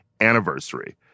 anniversary